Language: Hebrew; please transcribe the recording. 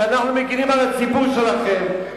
שאנחנו מגינים על הציבור שלכם,